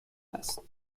است